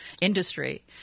industry